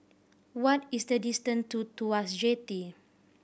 what is the distance to Tuas Jetty